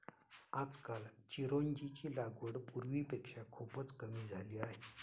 आजकाल चिरोंजीची लागवड पूर्वीपेक्षा खूपच कमी झाली आहे